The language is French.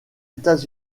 états